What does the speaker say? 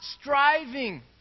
striving